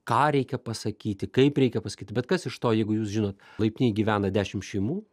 ką reikia pasakyti kaip reikia pasakyti bet kas iš to jeigu jūs žinot laiptinėj gyvena dešim šeimų